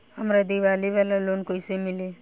हमरा दीवाली वाला लोन कईसे मिली?